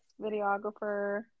videographer